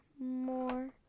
more